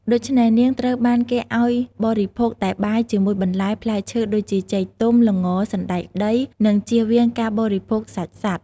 ដូច្នេះ នាងត្រូវបានគេឱ្យបរិភោគតែបាយជាមួយបន្លែ ផ្លែឈើ ដូចជា ចេកទុំ ល្ង សណ្តែកដី និងជៀសវាងការបរិភោគសាច់សត្វ។